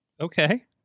Okay